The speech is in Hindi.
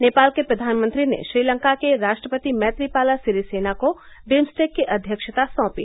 नेपाल के प्रधानमंत्री ने श्रीलंका के राष्ट्रपति मैत्रीपाला सिरीसेना को बिम्सटेक की अध्यक्षता साँपी